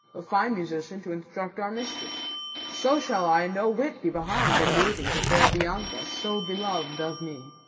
a fine musician to instruct our mistress so shall i no whit be behind in duty to fair bianca, so belov'd of me.